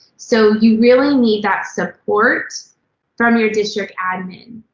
so you really need that support from your district admin.